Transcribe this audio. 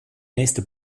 nächste